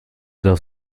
darf